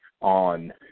on